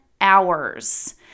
hours